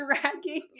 dragging